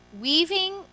weaving